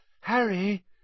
Harry